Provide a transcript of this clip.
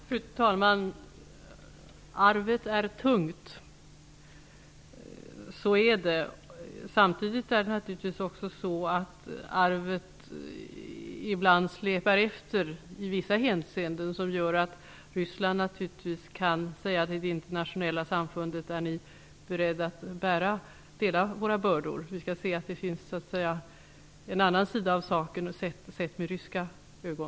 Fru talman! Arvet är tungt. Så är det. Samtidigt släpar naturligtvis arvet i vissa hänseenden efter. Det gör att Ryssland kan fråga det internationella samfundet om man är beredd att dela bördorna. Vi måste inse att det finns en annan sida av saken, sett med ryska ögon.